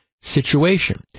situation